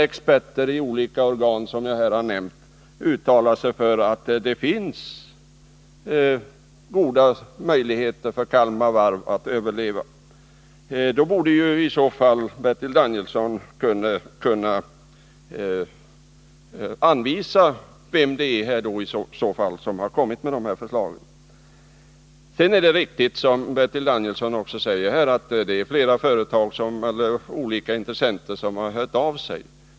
Experter i olika organ som jag nämnt har tvärtom uttalat sig föratt det finns goda möjligheter för Kalmar Varv att överleva. Därför borde Nr 32 Bertil Danielsson kunna peka på vem det är som kommit med förslagen. Måndagen den Sedan är det riktigt, som Bertil Danielsson också säger, att olika 24 november 1980 intressenter hört av sig.